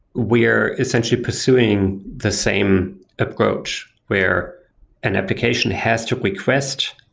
we're essentially pursuing the same approach, where an application has to request.